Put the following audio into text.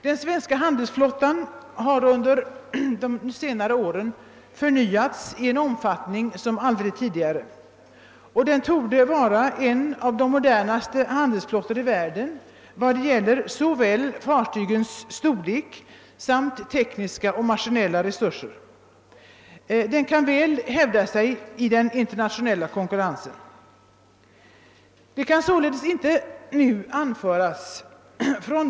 Den svenska handelsflottan har under senare år förnyats i en omfattning som aldrig tidigare och torde nu vara en av de modernaste handelsflottorna i världen vad gäller såväl fartygens storlek som tekniska och maskinella resurser. Den kan väl hävda sig i den internationella konkurrensen.